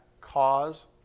cause